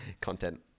Content